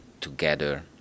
together